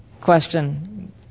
question